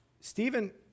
Stephen